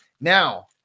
Now